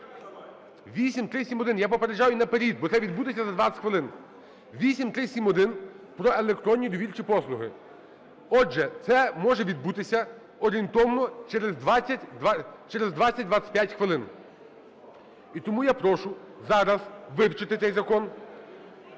8371. Я попереджаю наперед, бо це відбудеться за 20 хвилин. 8371 - про електронні довірчі послуги. Отже, це може відбутися орієнтовно через 20-25 хвилин. І тому я прошу зараз вивчити цей закон…